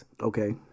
okay